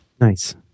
Nice